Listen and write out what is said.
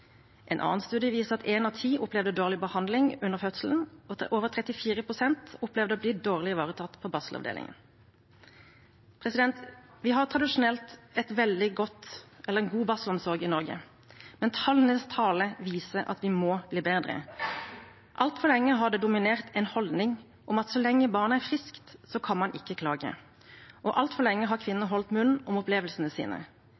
En annen studie viser at en av ti opplevde dårlig behandling under fødselen, og at over 34 pst. opplevde å bli dårlig ivaretatt på barselavdelingen. Vi har tradisjonelt en god barselomsorg i Norge, men tallenes tale viser at vi må bli bedre. Altfor lenge har det dominert en holdning om at så lenge barnet er friskt, kan man ikke klage, og altfor lenge har kvinner holdt munn om opplevelsene sine.